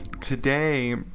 today